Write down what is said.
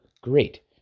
great